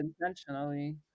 intentionally